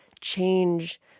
change